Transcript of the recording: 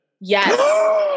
Yes